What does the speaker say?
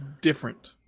different